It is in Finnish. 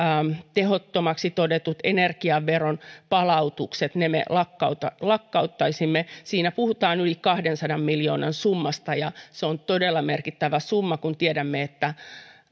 tehottomiksi todetut energiaveron palautukset me lakkauttaisimme lakkauttaisimme siinä puhutaan yli kahdensadan miljoonan summasta ja se on todella merkittävä summa kun tiedämme että